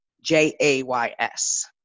J-A-Y-S